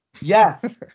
yes